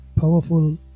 powerful